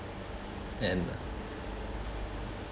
and